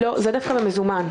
לא, זה דווקא במזומן.